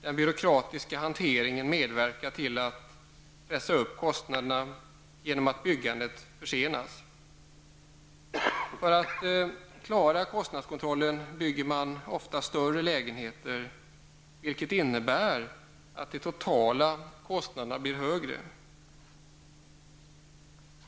Den byråkratiska hanteringen medverkar till att pressa upp kostnaderna genom att byggandet försenas. För att klara kostnadskontrollen bygger man ofta större lägenheter, vilket innebär att de totala kostnaderna blir större.